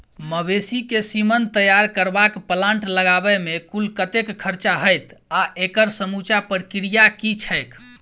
मवेसी केँ सीमन तैयार करबाक प्लांट लगाबै मे कुल कतेक खर्चा हएत आ एकड़ समूचा प्रक्रिया की छैक?